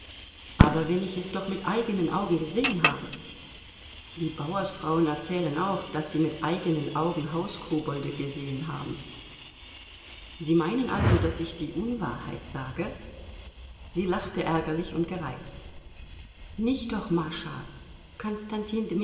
aber wenn ich es doch mit eigenen augen gesehen habe die bauersfrauen erzählen auch daß sie mit eigenen augen hauskobolde gesehen haben sie meinen also daß ich die unwahrheit sage sie lachte ärgerlich und gereizt nicht doch mascha